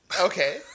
Okay